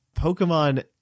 Pokemon